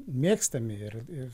mėgstami ir